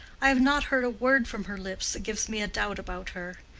i have not heard a word from her lips that gives me a doubt about her.